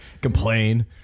Complain